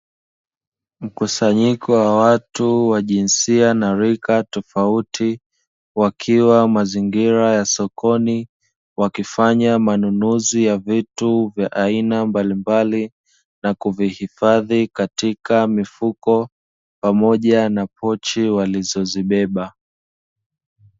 Mkusanyiko wa watu wa jinsia na rika tofauti, wakiwa mazingira ya sokoni, wakifanya manunuzi ya vitu vya aina mbalimbali, na kuvihifadhi katika mifuko pamoja na pochi walizozibeba